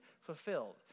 fulfilled